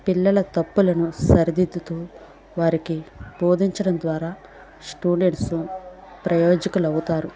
పిల్లల తప్పులను సరిదిద్దుతు వారికి బోధించడం ద్వారా స్టూడెంట్స్ ప్రయోజకులు అవుతారు